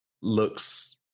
looks